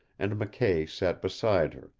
and mckay sat beside her,